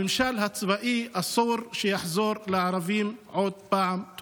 הממשל הצבאי על הערבים, אסור שיחזור עוד פעם.